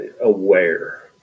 Aware